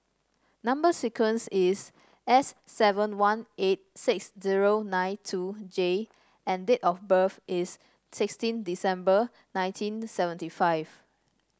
number sequence is S seven one eight six zero nine two J and date of birth is sixteen December nineteen seventy five